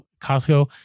Costco